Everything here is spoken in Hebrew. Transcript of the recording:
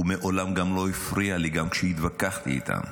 ומעולם גם לא הפריע לי, גם כשהתווכחתי איתם.